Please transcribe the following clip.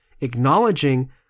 acknowledging